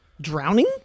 Drowning